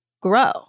grow